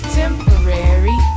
temporary